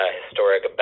historic